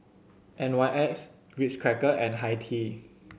N Y X Ritz Crackers and Hi Tea